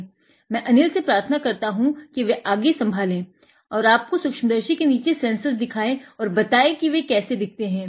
इसीलिए मै अनिल से प्रार्थना करता हूँ कि वे आगे सम्भाले आपको सेन्सर्स दिखाए आप उन्हें सूक्ष्मदर्शी के नीचे सेन्सर्स दिखाए और वे कैसे दिखते हैं